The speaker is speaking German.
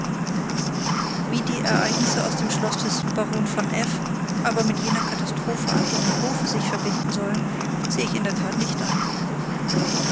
wie die ereignisse auf dem schlosse des barons von f aber mit jener katastrophe an ihrem hofe sich verbinden sollen sehe ich in der tat nicht ein